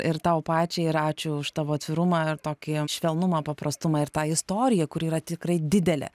ir tau pačiai ir ačiū už tavo atvirumą ir tokį švelnumą paprastumą ir tą istoriją kuri yra tikrai didelė